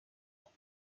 ans